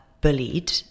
bullied